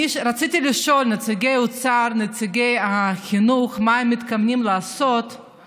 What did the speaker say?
רציתי לשאול את נציגי האוצר ונציגי משרד החינוך מה הם מתכוונים לעשות,